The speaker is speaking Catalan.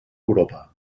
europa